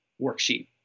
worksheet